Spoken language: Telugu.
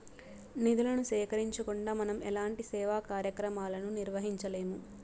నిధులను సేకరించకుండా మనం ఎలాంటి సేవా కార్యక్రమాలను నిర్వహించలేము